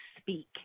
speak